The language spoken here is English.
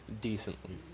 decently